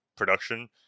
production